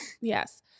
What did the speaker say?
yes